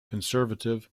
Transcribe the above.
conservative